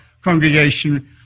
congregation